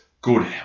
good